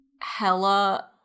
hella